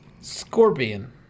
Scorpion